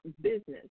business